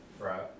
Right